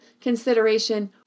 consideration